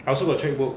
I also got cheque book